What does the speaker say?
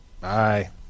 Bye